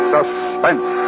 Suspense